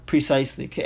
Precisely